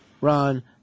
Ron